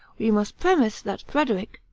we must premise that frederic,